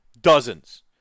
dozens